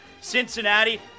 Cincinnati